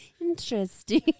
Interesting